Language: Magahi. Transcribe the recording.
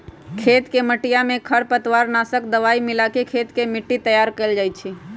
खेत के मटिया में खरपतवार नाशक दवाई मिलाके खेत के मट्टी तैयार कइल जाहई